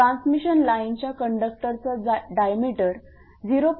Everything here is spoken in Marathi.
ट्रान्समिशन लाईनच्या कंडक्टरचा डायमीटर 0